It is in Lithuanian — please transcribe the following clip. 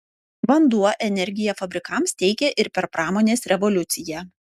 vanduo energiją fabrikams teikė ir per pramonės revoliuciją